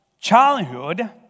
childhood